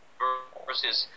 versus